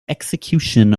execution